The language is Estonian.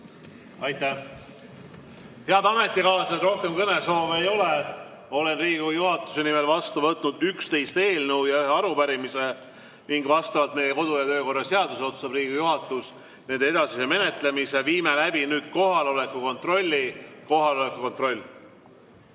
Aitäh! Head ametikaaslased, rohkem kõnesoove ei ole. Olen Riigikogu juhatuse nimel vastu võtnud 11 eelnõu ja ühe arupärimise ning vastavalt meie kodu- ja töökorra seadusele otsustab Riigikogu juhatus nende edasise menetlemise. Viime nüüd läbi kohaloleku kontrolli. Kohaloleku kontroll.